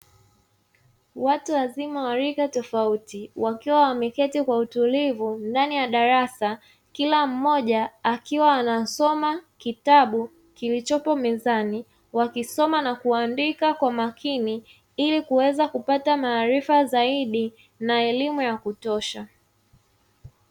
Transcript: Watu wazima wa lika tofauti wakiwa wameketi kwa uchunguzi ndani ya darasa, kila mmoja akiwa anasoma kitabu kilichopo mezani wakisoma na kuandika kwa makini yenye kuweza kupata maarifa zaidi na elimu ya kutosha.